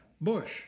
Bush